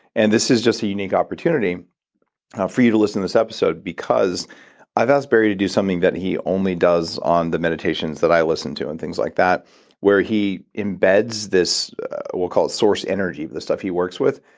and this is just a unique opportunity for you to listen to this episode, because i've asked barry to do something that he only does on the meditations that i listen to and things like that where he embeds this we'll call it source energy, the stuff he works with,